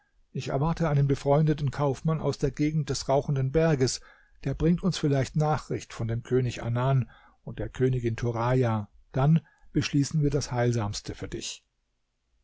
ich erwarte einen befreundeten kaufmann aus der gegend des rauchenden berges der bringt uns vielleicht nachricht von dem könig anan und der königin turaja dann beschließen wir das heilsamste für dich